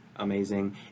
amazing